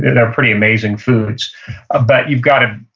they're pretty amazing foods ah but you've got to